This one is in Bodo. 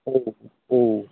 औ औ